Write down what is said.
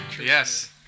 Yes